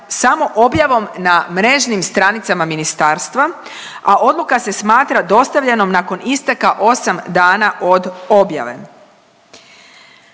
samo objavom na mrežnim stranicama ministarstva, a odluka se smatra dostavljenom nakon isteka 8 dana od objave.